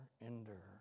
endure